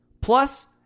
Plus